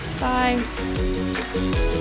Bye